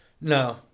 No